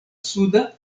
suda